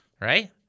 Right